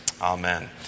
Amen